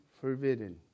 forbidden